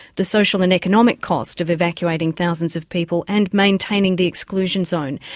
the social and economic cost of evacuating thousands of people and maintaining the exclusion zone.